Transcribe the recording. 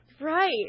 right